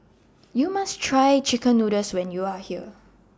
YOU must Try Chicken Noodles when YOU Are here